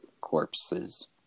corpses